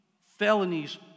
felonies